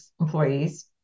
employees